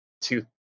two